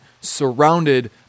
surrounded